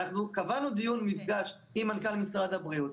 אנחנו קבענו דיון מפגש עם מנכ"ל משרד הבריאות,